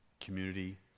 community